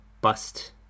bust